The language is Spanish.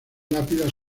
lápidas